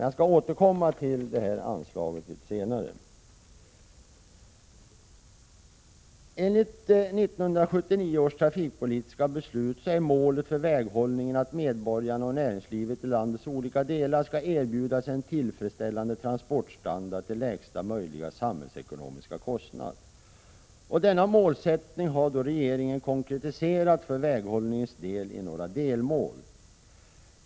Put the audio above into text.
Jag skall återkomma till detta anslag litet senare. Enligt 1979 års trafikpolitiska beslut är målet för väghållningen att medborgarna och näringslivet i landets olika delar skall erbjudas en tillfredsställande transportstandard till lägsta möjliga samhällsekonomiska kostnad. Denna målsättning har regeringen konkretiserat för väghållningen i några delmål.